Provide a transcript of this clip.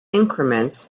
increments